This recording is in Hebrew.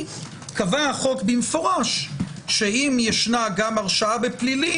קבע החוק במפורש שאם יש גם הרשעה בפלילים,